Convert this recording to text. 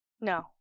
No